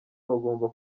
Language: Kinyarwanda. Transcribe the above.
bagomba